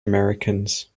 americans